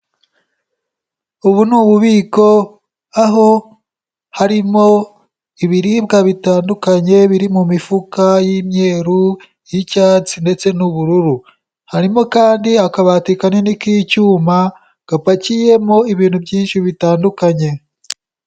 Ubu ni ububiko, aho harimo ibiribwa bitandukanye, biri mu mifuka y'imyeru, y'icyatsi, ndetse n'ubururu. Harimo kandi akabati kanini k'icyuma, gapakiyemo ibintu byinshi bitandukanye.